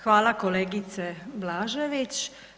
Hvala kolegice Blažević.